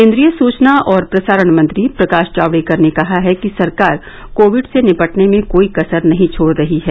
केन्द्रीय सूचना और प्रसारण मंत्री प्रकाश जावडेकर ने कहा है कि सरकार कोविड से निपटने में कोई कसर नहीं छोड़ रही है